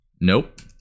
Nope